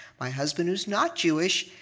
my husband, who's not jewish,